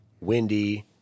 windy